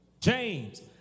James